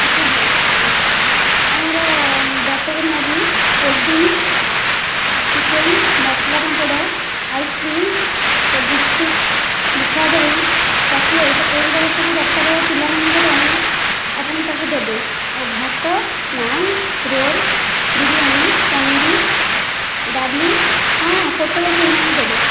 ଆଚ୍ଛା ହେଉ ଠିକ ଅଛି ଆମର butter Maggi cold drinks chicken masala papad ice cream ତା ଗୁପଚୁପ ମିଠା ଦହି ଚକ୍ଲେଟ୍ ଏହି ଗୁଡ଼ାକ ସବୁ ଦରକାର ହେବ ପିଲାମାନଙ୍କ ପାଇଁ ଆପଣ ତାକୁ ଦେବେ ଆଉ ଭାତ ନାନ ରୋଲ୍ ବିରୀୟାନୀ ପନିର ଡାଲି ହଁ ପୋଟଳ କୁର୍ମା ବି ଦେବେ